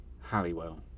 Halliwell